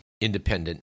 independent